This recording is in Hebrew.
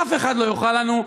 אף אחד לא יוכל לנו.